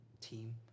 team